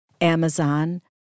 Amazon